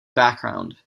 background